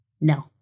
No